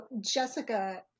Jessica